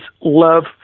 love